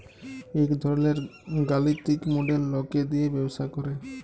ইক ধরলের গালিতিক মডেল লকে দিয়ে ব্যবসা করে